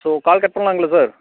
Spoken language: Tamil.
ஸோ கால் கட் பண்ணலாங்களா சார்